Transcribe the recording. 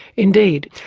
indeed.